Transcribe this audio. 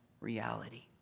reality